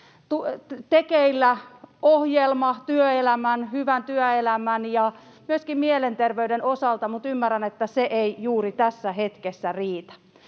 tekeillä ohjelma hyvän työelämän ja myöskin mielenterveyden osalta, mutta ymmärrän, että se ei juuri tässä hetkessä riitä.